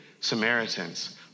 Samaritans